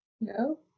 No